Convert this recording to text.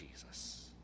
Jesus